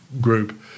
group